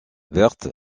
verte